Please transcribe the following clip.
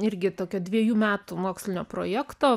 irgi tokia dviejų metų mokslinio projekto